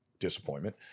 disappointment